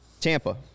Tampa